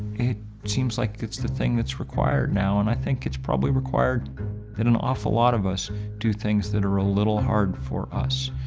it seems like it's the things that's required now and i think it's probably required that an awful lot of us doing things that are a little hard for us,